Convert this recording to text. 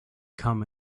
come